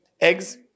Eggs